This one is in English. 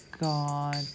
God